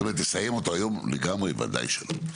זאת אומרת, נסיים אותו היום לגמרי ודאי שלא.